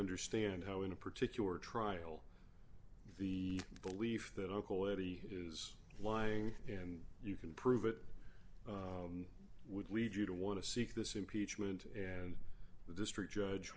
understand how in a particular trial the belief that uncle eddie is lying and you can prove it would lead you to want to seek this impeachment and the district judge